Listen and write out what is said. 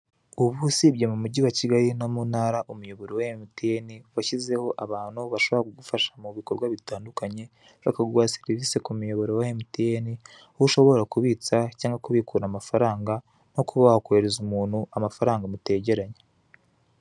Ubu usibye mu mujyi wa Kigali no mu ntara umuyoboro wa emutiyeni washyizeho abantu bashobora kugufasha mu bikorwa bitandukanye, bakaguha serivise ku miyoboro wa emutiyeni, aho ushobora kubitsa cyangwa kubikura amafaranga, nko kuba wakoherereza umuntu amafaranga mutegeranye.